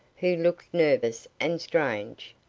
who looked nervous and strange.